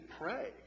pray